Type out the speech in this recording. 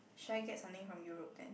shall I get something from Europe then